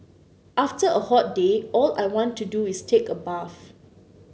after a hot day all I want to do is take a bath